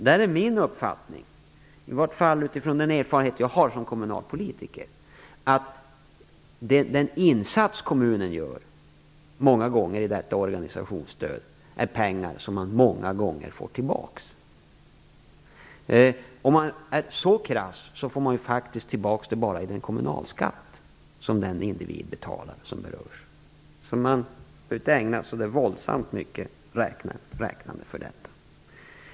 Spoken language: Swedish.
Där är min uppfattning, i varje fall utifrån den erfarenhet jag har som kommunalpolitiker, att den insats som kommunen gör i detta organisationsstöd är pengar som man många gånger får tillbaka. Om jag skall vara krass, kan jag säga att man får tillbaka det i den kommunalskatt som den individ som berörs betalar. Man behöver alltså inte ägna sig åt så våldsamt mycket räknande för detta.